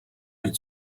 гэж